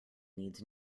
needs